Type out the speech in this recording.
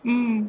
mm